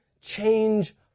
change